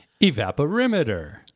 Evaporimeter